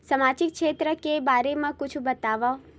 सामाजिक क्षेत्र के बारे मा कुछु बतावव?